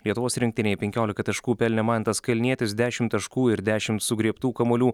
lietuvos rinktinei penkiolika taškų pelnė mantas kalnietis dešimt taškų ir dešimt sugriebtų kamuolių